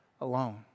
alone